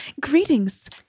greetings